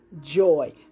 joy